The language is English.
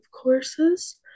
courses